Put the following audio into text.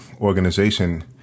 organization